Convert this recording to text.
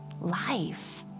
life